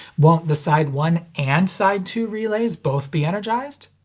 won't the side one and side two relays both be energized?